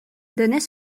donnait